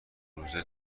روزه